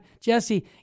Jesse